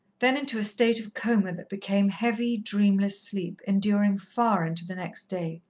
then into a state of coma that became heavy, dreamless sleep enduring far into the next day.